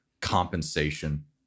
compensation